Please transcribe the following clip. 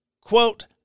Quote